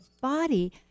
body